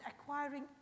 acquiring